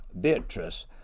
Beatrice